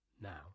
Now